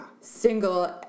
single